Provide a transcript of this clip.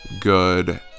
good